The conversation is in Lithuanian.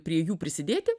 prie jų prisidėti